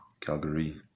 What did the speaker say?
Calgary